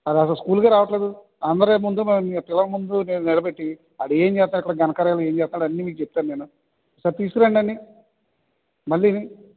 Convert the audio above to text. ఆడు అసలు స్కూల్కే రావట్లేదు అందరి ముందు పిల్లల ముందు నేను నిలబెట్టి వాడు ఏం చేస్తున్నాడో ఘన కార్యాలు ఏమి చేస్తున్నాడో అన్నీ మీకు చెప్తాడు నేను ఒకసారి తీసుకురండి వాడిని మళ్ళీ నీ